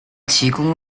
提供